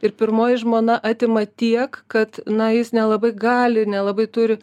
ir pirmoji žmona atima tiek kad na jis nelabai gali ir nelabai turi